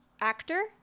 actor